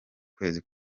kwezi